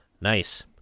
Nice